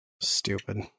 Stupid